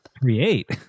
Create